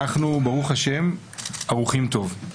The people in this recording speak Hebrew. אנחנו ברוך השם ערוכים טוב.